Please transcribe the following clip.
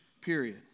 period